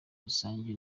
rusange